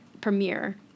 premiere